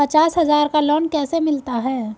पचास हज़ार का लोन कैसे मिलता है?